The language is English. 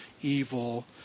evil